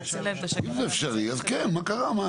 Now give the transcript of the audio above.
אם זה אפשרי, אז כן, מה קרה?